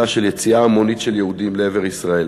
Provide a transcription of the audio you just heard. של יציאה המונית של יהודים לעבר ישראל